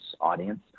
audience